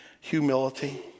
humility